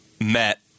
met